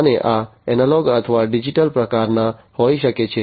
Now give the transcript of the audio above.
અને આ એનાલોગ અથવા ડિજિટલ પ્રકારના હોઈ શકે છે